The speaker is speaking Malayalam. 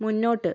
മുന്നോട്ട്